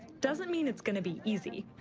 doesn't mean it's going to be easy.